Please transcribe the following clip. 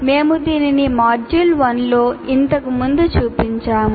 మేము దీనిని మాడ్యూల్ 1 లో ఇంతకు ముందు చూపించాము